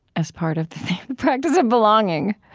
as part of the practice of belonging